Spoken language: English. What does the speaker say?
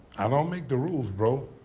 i don't make the rules, bro.